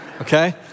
Okay